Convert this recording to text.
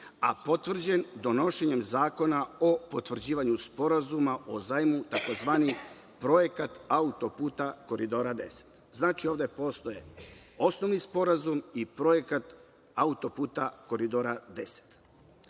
a potvrđen donošenjem Zakona o potvrđivanjuSporazuma o zajmu tzv. projekat autoputa Koridora 10. Znači, ovde postoje osnovni sporazum i projekat auto puta Koridora